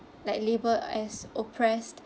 like labelled as oppressed